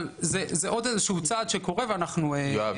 אבל זה עוד איזה שהוא צעד שקורה ואנחנו --- יואב,